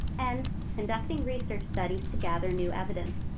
and conducting research studies to gather new evidence.